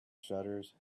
shutters